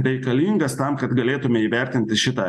reikalingas tam kad galėtume įvertinti šitą